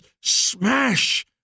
smash